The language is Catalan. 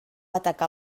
atacar